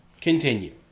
continue